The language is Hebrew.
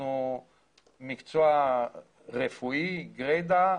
אנחנו מקצוע רפואי גרידא.